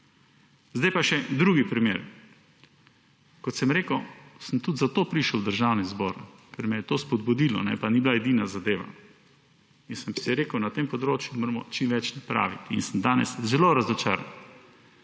Zdaj pa še drugi primer. Kot sem rekel, sem tudi zato prišel v Državni zbor, ker me je to spodbudilo, pa ni bila edina zadeva, in sem si rekel, da na tem področju moramo čim več napraviti, in sem danes zelo razočaran.